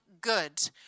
good